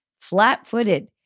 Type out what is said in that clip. flat-footed